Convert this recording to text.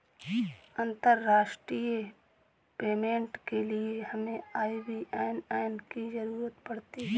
अंतर्राष्ट्रीय पेमेंट के लिए हमें आई.बी.ए.एन की ज़रूरत पड़ती है